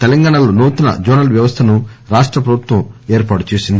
తెలంగాణలో నూతన జోనల్ వ్యవస్దను రాష్ట ప్రభుత్వం ఏర్పాటు చేసింది